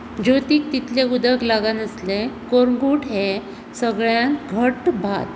ज्योतीक तितलें उदक लागनासलें कोरगूट हें सगळ्यान घट्ट भात